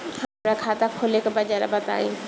हमरा खाता खोले के बा जरा बताई